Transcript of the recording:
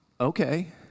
Okay